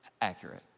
accurate